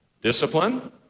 Discipline